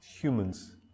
humans